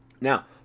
Now